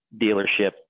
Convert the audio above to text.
dealership